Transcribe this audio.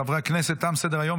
חברי הכנסת, תם סדר-היום.